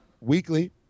weekly